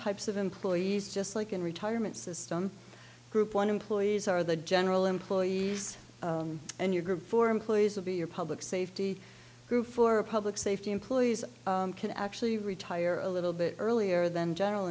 types of employees just like in retirement system group one employees are the general employees and your group for employees of your public safety group for public safety employees can actually retire a little bit earlier than general